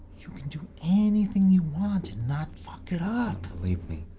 you can do anything you want and not fuck it up. believe me